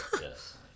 Yes